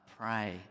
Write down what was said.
pray